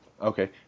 Okay